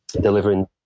delivering